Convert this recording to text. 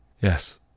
Yes